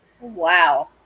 Wow